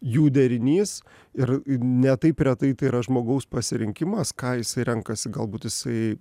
jų derinys ir ne taip retai tai yra žmogaus pasirinkimas ką jis renkasi galbūt jisai